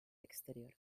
exterior